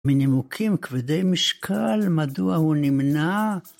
מנימוקים כבדי משקל מדוע הוא נמנע